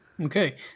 Okay